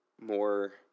more